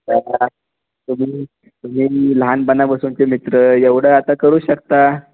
त्याला तुम्ही तुम्ही लहानपणापासूनचे मित्र एवढं आता करूच शकता